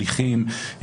שליחים,